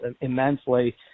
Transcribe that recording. immensely